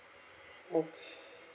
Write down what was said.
okay